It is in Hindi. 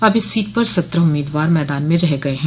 अब इस सीट पर सत्रह उम्मीदवार मैदान में रह गये हैं